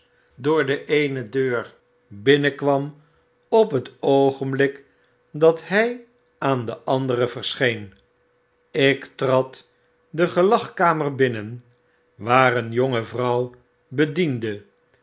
van de warwick arms door deeenedeurbinnenkwam op het oogenblik dat hy aan de andere verscheen ik trad de gelagkamer binnen waar een jonge vrouw bediende